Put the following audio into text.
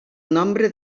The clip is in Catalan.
nombre